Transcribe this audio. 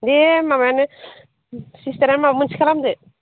देह माबानो सिस्टारा माबा मोनसे खालामदो